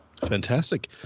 Fantastic